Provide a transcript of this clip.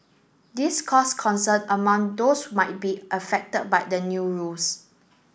this caused concern among those might be affected by the new rules